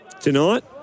tonight